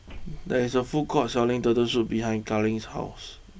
there is a food court selling Turtle Soup behind Kailyn's house